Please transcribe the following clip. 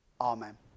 amen